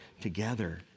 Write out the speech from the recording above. together